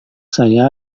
saya